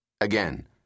Again